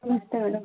नमस्ते मैडम